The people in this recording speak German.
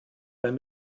beim